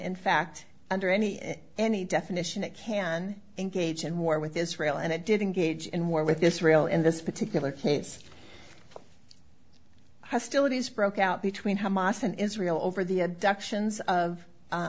in fact under any any definition it can engage in war with israel and it didn't gauge in war with israel in this particular case hostilities broke out between hamas and israel over the adoptions of